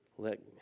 Let